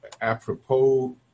apropos